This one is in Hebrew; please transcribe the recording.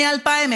מ-2000,